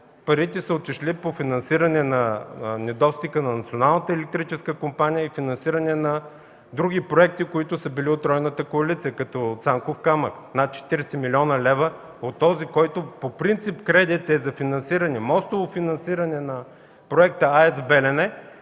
Парите са отишли по финансиране на недостига на Националната електрическа компания и финансиране на други проекти, които са били от тройната коалиция, като „Цанков камък” – над 40 млн. лева от този кредит, който по принцип е за мостово финансиране на проекта АЕЦ „Белене”.